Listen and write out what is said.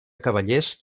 cavallers